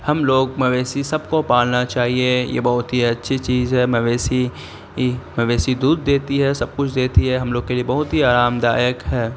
ہم لوگ مویشی سب کو پالنا چاہیے یہ بہت ہی اچھی چیز ہے مویشی مویشی دودھ دیتی ہے سب کچھ دیتی ہے ہم لوگ کے لیے بہت ہی آرام دایک ہے